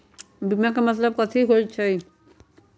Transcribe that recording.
बीमा के मतलब कथी होई छई?